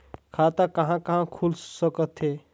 खाता कहा कहा खुल सकथे?